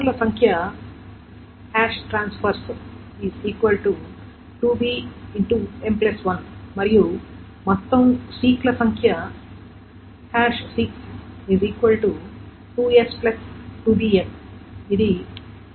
transfer ల మొత్తం సంఖ్య transfer 2bm1 మరియు మొత్తం సీక్ ల సంఖ్య seeks 2s 2bM